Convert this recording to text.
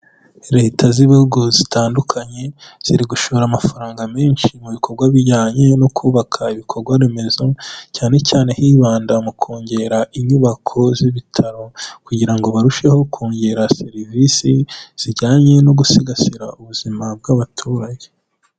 Leta z'ibihugu zitandukanye, ziri gushora amafaranga menshi mu bikorwa bijyanye no kubaka ibikorwa remezo, cyane cyane hibanda mu kongera inyubako z'ibitaro, kugira ngo barusheho kongera serivisi zijyanye no gusigasira ubuzima bw'abaturage.